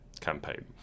campaign